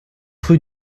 rue